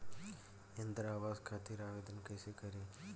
इंद्रा आवास खातिर आवेदन कइसे करि?